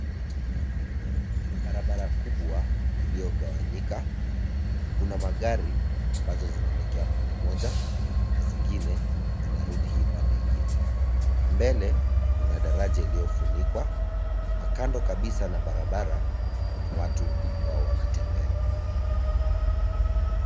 Barabara kubwa iliyogawanyika. Kuna magari ambazo zinaelekea upande moja, na zingine zinarudi hii pande mwingine. Mbele kuna daraja iliyofunikwa, na kando kabisa na barabara, kuna watu ambao wanatembea.